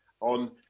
on